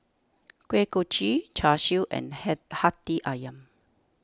Kuih Kochi Char Siu and hey Hati Ayam